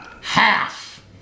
Half